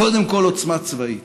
קודם כול עוצמה צבאית,